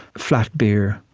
flat beer,